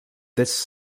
this